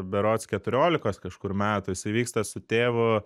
berods keturiolikos kažkur metų jisai vyksta su tėvu